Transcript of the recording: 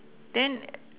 then